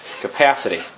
capacity